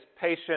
patient